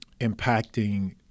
impacting